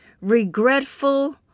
regretful